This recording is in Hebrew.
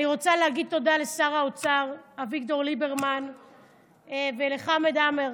אני רוצה להגיד תודה לשר האוצר אביגדור ליברמן ולחמד עמאר.